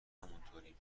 همونطوریم